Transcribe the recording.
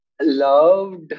loved